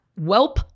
Welp